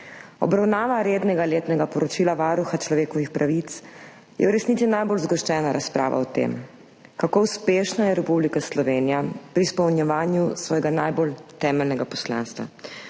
Obravnava rednega letnega poročila Varuha človekovih pravic je v resnici najbolj zgoščena razprava o tem, kako uspešna je Republika Slovenija pri izpolnjevanju svojega najbolj temeljnega poslanstva,